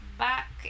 Back